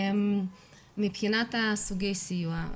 מבחינת סוגי הסיוע,